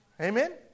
Amen